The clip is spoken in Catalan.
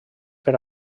per